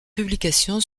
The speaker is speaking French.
publication